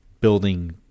building